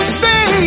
say